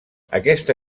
aquesta